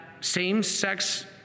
same-sex